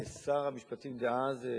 לשר המשפטים דאז,